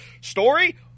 Story